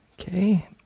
Okay